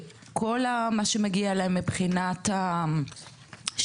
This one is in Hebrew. כל מה שמגיע להם מבחינת השירותים: